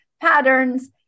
patterns